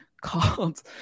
called